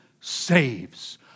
saves